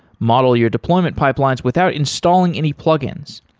model your deployment pipelines without installing any plugins.